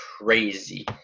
crazy